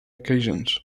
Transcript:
occasions